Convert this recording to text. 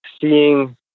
seeing